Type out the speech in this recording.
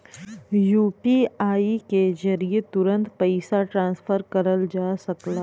UPI के जरिये तुरंत पइसा ट्रांसफर करल जा सकला